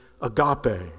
agape